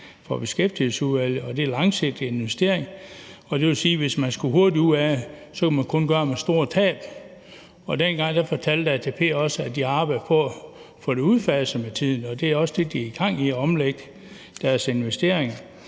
for Beskæftigelsesudvalget, og det er langsigtede investeringer, og det vil sige, at man, hvis man skulle hurtigt ud af det, så kun kunne gøre med det store tab. Dengang fortalte ATP også, at de arbejdede på at få det udfaset med tiden, og de er også i gang med at omlægge deres investeringer.